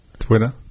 Twitter